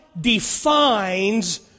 defines